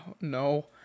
No